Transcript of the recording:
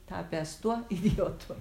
tapęs tuo idiotu